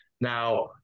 now